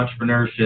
entrepreneurship